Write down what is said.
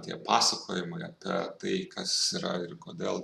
tie pasakojimai apie tai kas yra ir kodėl